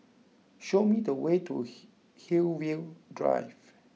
show me the way to Hillview Drive